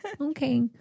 okay